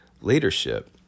leadership